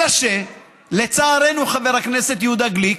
אלא שלצערנו, חבר הכנסת יהודה גליק,